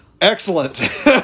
Excellent